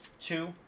two